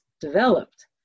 developed